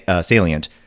salient